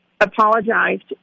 apologized